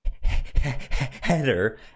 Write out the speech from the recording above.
header